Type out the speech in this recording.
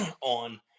on